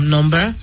Number